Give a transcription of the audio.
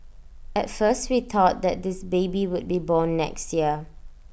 at first we thought that this baby would be born next year